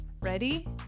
Ready